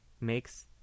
makes